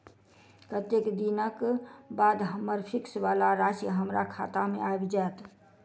कत्तेक दिनक बाद हम्मर फिक्स वला राशि हमरा खाता मे आबि जैत?